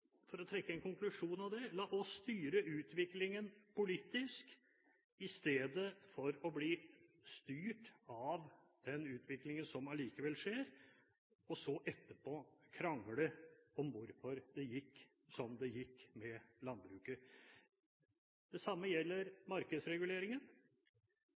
for å trekke en konklusjon av dette: La oss styre utviklingen politisk i stedet for å bli styrt av den utviklingen som allikevel skjer, og etterpå krangle om hvorfor det gikk som det gikk med landbruket. Det samme